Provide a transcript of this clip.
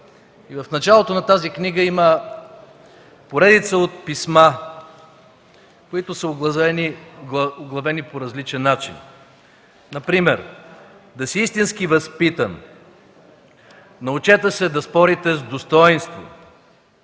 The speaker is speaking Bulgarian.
В началото на тази книга има поредица от писма, които са озаглавени по различен начин. Например: „Да си истински възпитан”; „Научете се да спорите с достойнство”;